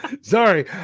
Sorry